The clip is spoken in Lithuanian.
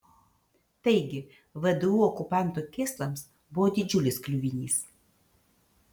taigi vdu okupanto kėslams buvo didžiulis kliuvinys